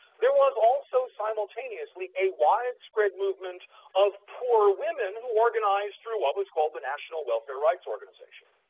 there was also simultaneously a widespread movement of poor women who organized through what was called the national welfare rights organization.